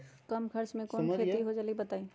कम खर्च म कौन खेती हो जलई बताई?